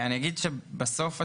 בסוף,